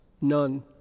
None